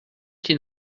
qu’il